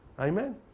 Amen